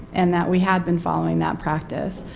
and that we had been following that practice.